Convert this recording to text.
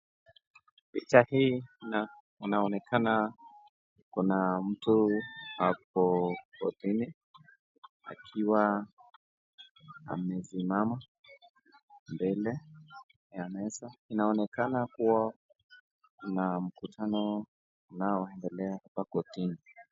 Picha hii inaonekana kuna mtu ako kortini akiwa amesimama mbele ya meza, inaonekana kuwa kuna mkutano unaoendelea hapa kortini.